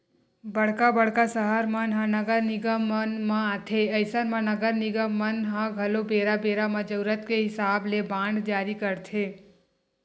बड़का बड़का सहर मन ह नगर निगम मन म आथे अइसन म नगर निगम मन ह घलो बेरा बेरा म जरुरत के हिसाब ले बांड जारी करथे